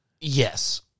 Yes